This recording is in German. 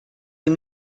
dem